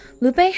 Lupe